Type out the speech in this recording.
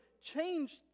change